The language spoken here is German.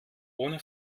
ohne